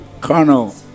carnal